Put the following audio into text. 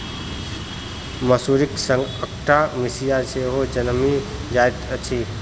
मसुरीक संग अकटा मिसिया सेहो जनमि जाइत अछि